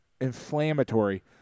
inflammatory